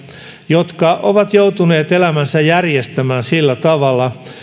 jotka ovat joutuneet elämänsä järjestämään sillä tavalla